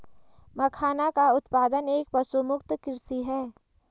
मखाना का उत्पादन एक पशुमुक्त कृषि है